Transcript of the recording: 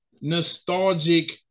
nostalgic